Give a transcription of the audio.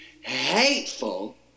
hateful